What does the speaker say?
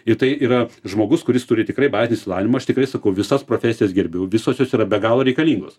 ir tai yra žmogus kuris turi tikrai bazinį išsilavinimą aš tikrai sakau visas profesijas gerbiu visos jos yra be galo reikalingos